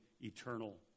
eternal